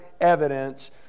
evidence